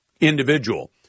individual